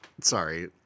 sorry